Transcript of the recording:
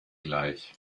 gleich